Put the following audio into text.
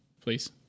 Please